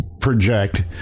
project